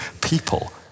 people